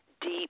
deep